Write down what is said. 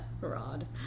Rod